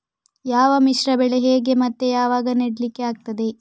ಯಾವ ಮಿಶ್ರ ಬೆಳೆ ಹೇಗೆ ಮತ್ತೆ ಯಾವಾಗ ನೆಡ್ಲಿಕ್ಕೆ ಆಗ್ತದೆ?